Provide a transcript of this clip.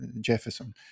Jefferson